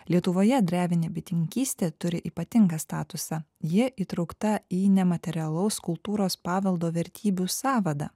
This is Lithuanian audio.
lietuvoje drevinė bitininkystė turi ypatingą statusą ji įtraukta į nematerialaus kultūros paveldo vertybių sąvadą